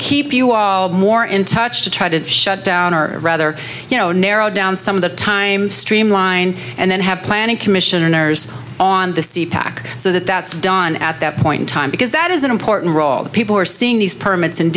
keep you all more in touch to try to shut down or rather you know narrow down some of the time streamline and then have planning commissioners on the sea pack so that that's done at that point in time because that is an important role that people are seeing these permits and